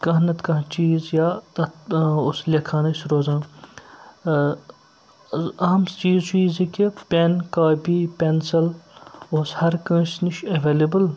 کانٛہہ نَتہٕ کانٛہہ چیٖز یا تَتھ ناو اوٗس لیکھان ٲسۍ روزان ٲں اہم چیٖز چھُ یہِ زِ کہِ پیٚن کاپی پیٚنسَل اوٗس ہَر کٲنٛسہِ نِش ایٚولیبٕل